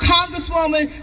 Congresswoman